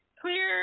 clear